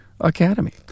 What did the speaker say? Academy